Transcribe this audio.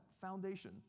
foundation